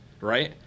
right